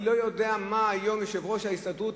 אני לא יודע מה היום יושב-ראש ההסתדרות,